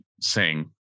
sing